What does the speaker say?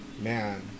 Man